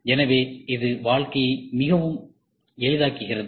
எனவே இது வாழ்க்கையை மிகவும் எளிதாக்குகிறது